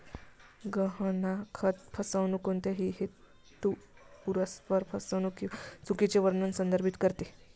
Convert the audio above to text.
गहाणखत फसवणूक कोणत्याही हेतुपुरस्सर फसवणूक किंवा चुकीचे वर्णन संदर्भित करते